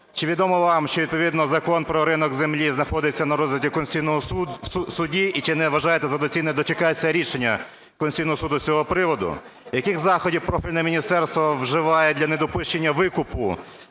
Чи відомо вам, що відповідно Закон про ринок землі знаходиться на розгляді в Конституційному Суді? І чи не вважаєте ви за доцільне дочекатися рішення Конституційного Суду з цього приводу? Яких заходів профільне міністерство вживає для недопущення викупу